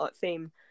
theme